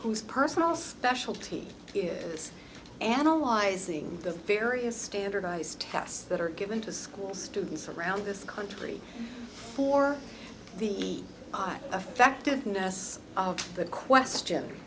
whose personal specialty is analyzing the various standardized tests that are given to school students around this country for the by a factor of ness the question